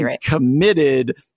committed